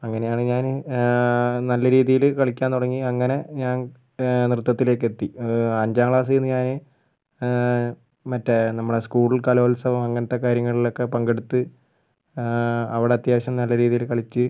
അങ്ങനെയാണ് ഞാന് നല്ല രീതിയില് കളിക്കാൻ തുടങ്ങി അങ്ങനെ ഞാന് നൃത്തത്തിലേക്ക് എത്തി അഞ്ചാം ക്ളാസിൽ നിന്ന് ഞാൻ മറ്റേ നമ്മളുടെ സ്കൂൾ കലോത്സവം അങ്ങനത്തെ കാര്യങ്ങളിലൊക്കെ പങ്കെടുത്ത് അവിടെ അത്യാവശ്യം നല്ല രീതിയില് കളിച്ച്